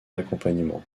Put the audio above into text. accompagnement